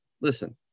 listen